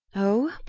oh,